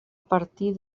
partir